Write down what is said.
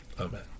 amen